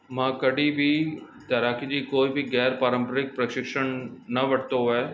मां कॾहिं बि तैराकी जी कोई बि ग़ैरि पारंपरिक प्रशिक्षण न वरितो आहे